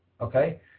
Okay